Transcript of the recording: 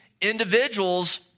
individuals